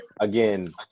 again